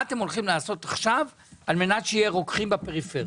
מה אתם הולכים לעשות עכשיו על מנת שיהיו רוקחים בפריפריה?